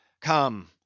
Come